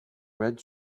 red